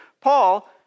Paul